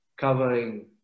covering